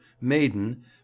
maiden